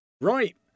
Right